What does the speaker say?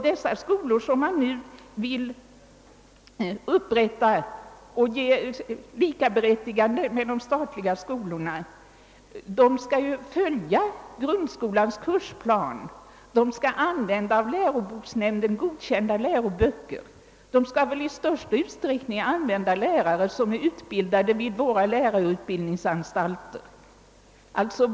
De skolor som man nu vill upprätta och ge likaberättigande med de statliga skolorna skall följa grundskolans kursplan, skall använda av läroboksnämnden godkända läroböcker och i största utsträckning använda lärare utbildade vid våra lärarhögskolor.